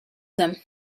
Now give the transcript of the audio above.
them